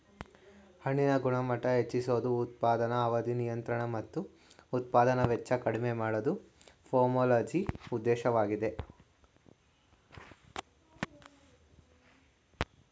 ಹಣ್ಣಿನ ಗುಣಮಟ್ಟ ಹೆಚ್ಚಿಸೋದು ಉತ್ಪಾದನಾ ಅವಧಿ ನಿಯಂತ್ರಣ ಮತ್ತು ಉತ್ಪಾದನಾ ವೆಚ್ಚ ಕಡಿಮೆ ಮಾಡೋದು ಪೊಮೊಲಜಿ ಉದ್ದೇಶವಾಗಯ್ತೆ